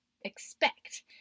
expect